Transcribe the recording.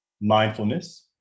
mindfulness